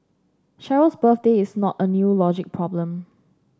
Cheryl's birthday is not a new logic problem